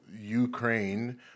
Ukraine